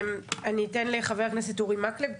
אני אתן לחבר הכנסת אורי מקלב,